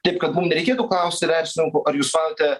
taip kad mum nereikėtų klausti verslininkų ar jūs matote